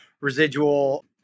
residual